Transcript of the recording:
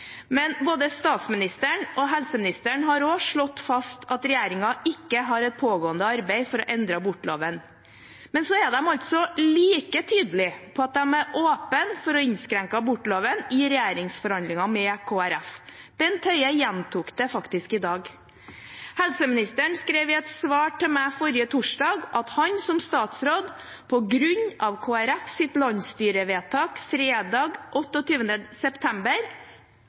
men de er altså like tydelige på at de er åpne for å innskrenke abortloven i regjeringsforhandlinger med Kristelig Folkeparti. Bent Høie gjentok det faktisk i dag. Helseministeren skrev i et svar til meg forrige torsdag at han som statsråd på grunn av Kristelig Folkepartis landsstyrevedtak fredag 28. september